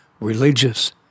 religious